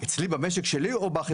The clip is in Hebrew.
אצלי במשק שלי, או בחברה?